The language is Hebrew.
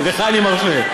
לך אני מרשה.